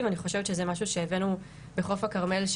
ואני חושבת שזה משהו שהבאנו בחוף הכרמל,